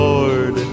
Lord